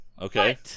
Okay